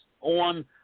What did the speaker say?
on